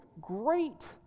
Great